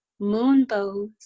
moonbows